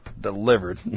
Delivered